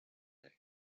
day